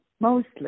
mostly